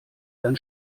dann